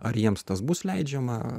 ar jiems tas bus leidžiama